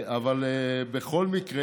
אבל בכל מקרה,